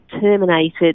terminated